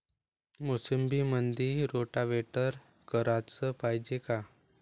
मोसंबीमंदी रोटावेटर कराच पायजे का?